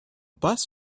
bus